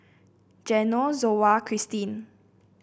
Geno Zoa Christene